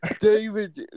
David